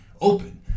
open